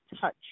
touch